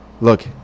Look